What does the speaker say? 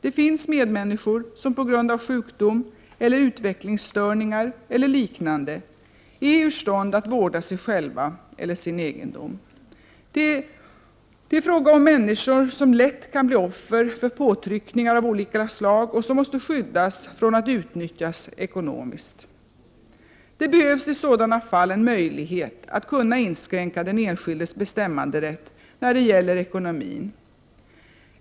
Det finns medmänniskor som på grund av sjukdom, utvecklingsstörning eller liknande är ur stånd att vårda sig själva eller sin egendom. Det är fråga om människor som lätt kan bli offer för påtryckningar av olika slag och som måste skyddas från att utnyttjas ekonomiskt. Det behövs i sådana fall en möjlighet att inskränka den enskildes bestämmanderätt i fråga om ekonomin.